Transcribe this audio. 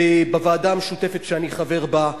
בוועדה המשותפת שאני חבר בה,